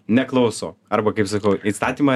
neklauso arba kaip sakau įstatymą